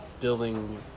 building